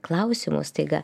klausimų staiga